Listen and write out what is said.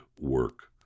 work